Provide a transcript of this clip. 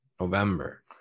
november